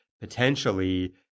potentially